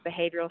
behavioral